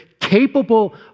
capable